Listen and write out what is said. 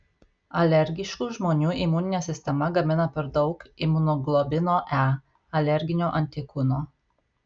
alergiškų žmonių imuninė sistema gamina per daug imunoglobulino e alerginio antikūno